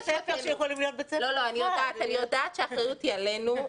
אני יודעת שהאחריות היא עלינו.